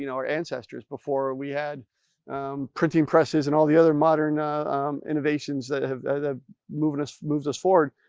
you know our ancestors before we had printing presses and all the other modern innovations that have moved us moved us forward.